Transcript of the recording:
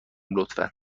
لطفا